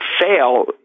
fail